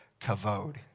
Kavod